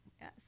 yes